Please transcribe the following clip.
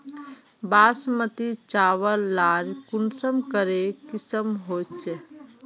बासमती चावल लार कुंसम करे किसम होचए?